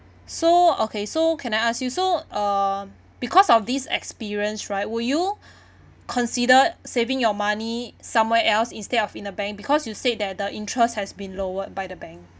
so okay so can I ask you so uh because of this experience right will you considered saving your money somewhere else instead of in a bank because you said that the interests has been lowered by the bank